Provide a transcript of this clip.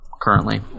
currently